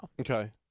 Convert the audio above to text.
Okay